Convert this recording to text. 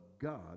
God